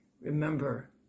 Remember